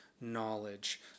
knowledge